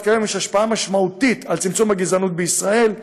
כיום יש השפעה משמעותית על צמצום הגזענות בישראל,